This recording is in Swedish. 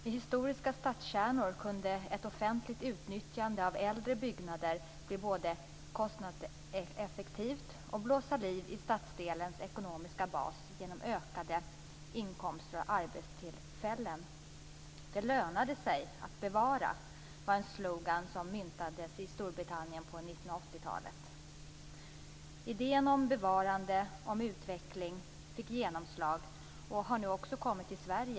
I historiska stadskärnor kunde ett offentligt utnyttjande av äldre byggnader bli både kostnadseffektivt och blåsa liv i stadsdelens ekonomiska bas genom ökade inkomster och arbetstillfällen. Det lönar sig att bevara, var en slogan som myntades i Storbritannien på 1980-talet. Idén om bevarande och utveckling fick genomslag och har nu också kommit till Sverige.